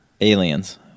Aliens